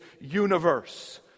universe